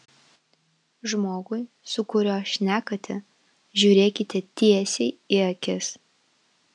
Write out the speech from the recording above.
žmogui su kuriuo šnekate žiūrėkite tiesiai į akis